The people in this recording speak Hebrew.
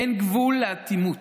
אין גבול לאטימות.